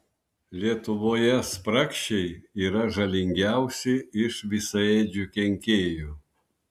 lietuvoje spragšiai yra žalingiausi iš visaėdžių kenkėjų